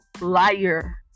liar